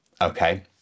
okay